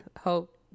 hope